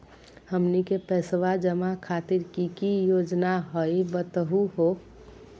हमनी के पैसवा जमा खातीर की की योजना हई बतहु हो?